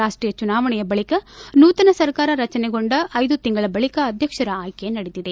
ರಾಷ್ಷೀಯ ಚುನಾವಣೆ ಬಳಿಕ ನೂತನ ಸರ್ಕಾರ ರಚನೆಗೊಂಡ ಐದು ತಿಂಗಳ ಬಳಿಕ ಅಧ್ವಕ್ಷರ ಆಯ್ಕೆ ನಡೆದಿದೆ